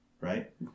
right